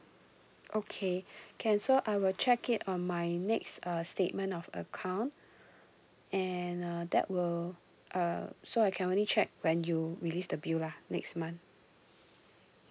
okay can so I will check it on my next uh statement of account and uh that will uh so I can only check when you release the bill lah next month